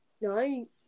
No